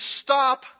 stop